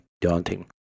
daunting